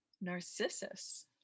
narcissus